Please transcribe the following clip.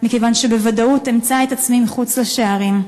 מכיוון שבוודאות אמצא את עצמי מחוץ לשערים.